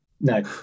no